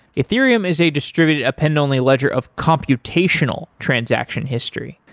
ethereum is a distributed append-only ledger of computational transaction history.